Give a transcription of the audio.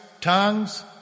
tongues